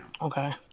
Okay